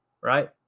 right